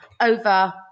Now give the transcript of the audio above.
over